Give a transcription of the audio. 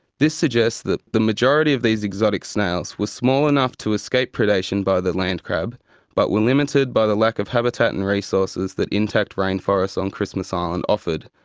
this suggests that the majority of these exotic snails was small enough to escape predation by the land crab but were limited by the lack of habitat and resources that intact rainforest on christmas island offered.